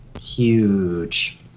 huge